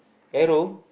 arrow